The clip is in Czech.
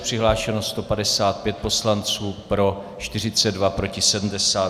Přihlášeno 155 poslanců, pro 42, proti 70.